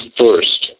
first